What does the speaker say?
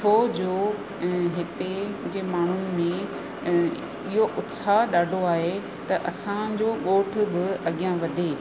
छोजो हिते जे माण्हू में इहो उत्साहु ॾाढो आहे त असांजो ॻोठ बि अॻियां वधे